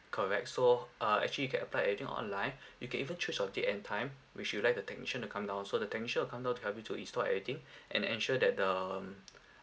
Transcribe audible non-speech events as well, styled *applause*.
correct so uh actually you can apply everything online *breath* you can even choose a date and time which you like the technician to come down so the technician will come down to help you to install everything *breath* and ensure that um